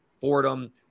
Fordham